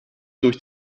durch